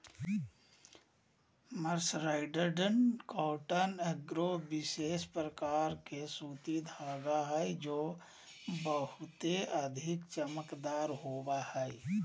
mercerised cotton एगो विशेष प्रकार के सूती धागा हय जे बहुते अधिक चमकदार होवो हय